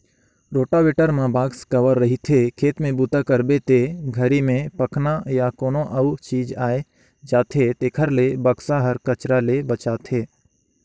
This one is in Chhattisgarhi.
रोटावेटर म बाक्स कवर रहिथे, खेत में बूता करबे ते घरी में पखना या कोनो अउ चीज आये जाथे तेखर ले बक्सा हर कचरा ले बचाथे